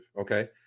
okay